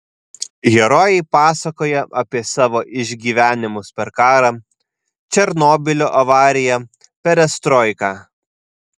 herojai pasakoja apie savo išgyvenimus per karą černobylio avariją perestroiką